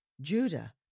Judah